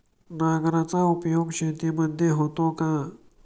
नांगराचा उपयोग शेतीमध्ये होतो का?